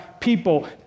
people